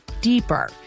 deeper